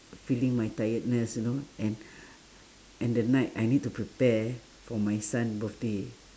feeling my tiredness you know and and the night I need to prepare for my son birthday